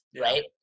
right